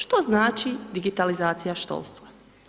Što znači digitalizacija školstva?